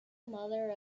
mother